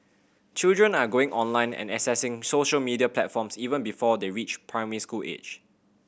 children are going online and accessing social media platforms even before they reach primary school age